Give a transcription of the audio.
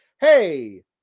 Hey